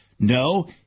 No